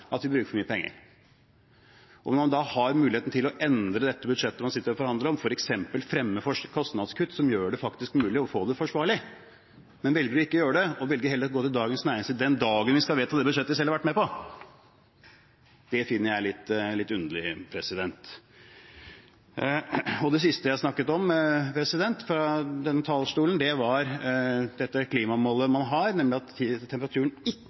at vi bruker for mye penger. Når man da har muligheten til å endre dette budsjettet man sitter og forhandler om, f.eks. ved å fremme kostnadskutt som faktisk gjør det mulig å få det forsvarlig, men velger ikke å gjøre det og heller velger å gå til Dagens Næringsliv den dagen vi skal vedta det budsjettet de selv har vært med på, finner jeg det litt underlig. Det siste jeg snakket om fra denne talerstolen, var dette klimamålet man har, nemlig at temperaturen ikke